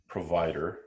Provider